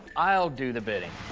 i'll do the bidding.